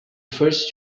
first